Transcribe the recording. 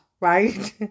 right